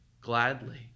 gladly